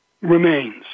remains